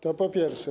To po pierwsze.